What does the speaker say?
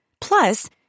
Plus